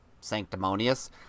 sanctimonious